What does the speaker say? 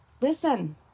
Listen